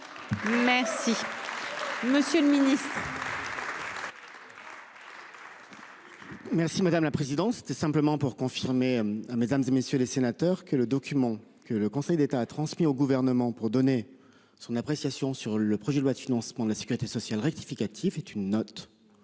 des leçons. Merci. Merci madame la présidence, c'était simplement pour confirmer hein. Mesdames et messieurs les sénateurs que le document que le Conseil d'État a transmis au gouvernement pour donner son appréciation sur le projet de loi de financement de la Sécurité sociale rectificatif est une note.